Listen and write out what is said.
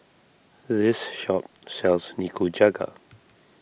this shop sells Nikujaga